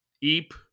Eep